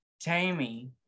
Tammy